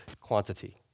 quantity